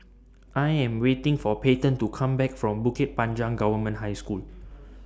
I Am waiting For Payton to Come Back from Bukit Panjang Government High School